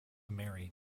marry